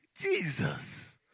Jesus